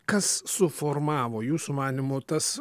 kas suformavo jūsų manymu tas